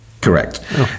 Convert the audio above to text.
correct